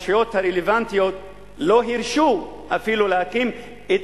הרשויות הרלוונטיות לא הרשו אפילו להקים את